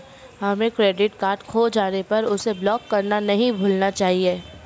हमें credit card खो जाने पर उसे ब्लॉक करना नहीं भूलना चाहिए